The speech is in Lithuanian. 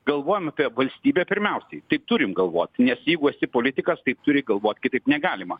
galvojam apie valstybę pirmiausiai tai turim galvoti nes jeigu esi politikas tai turi galvot kitaip negalima